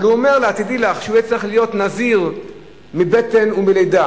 אבל הוא אומר לה: תדעי לך שהוא צריך להיות נזיר מבטן ומלידה,